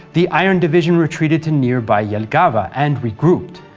the iron division retreated to nearby jelgava and regrouped.